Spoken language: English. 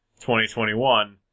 2021